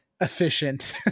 efficient